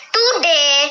Today